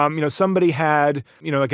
um you know, somebody had, you know, like